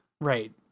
Right